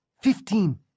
Fifteen